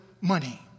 money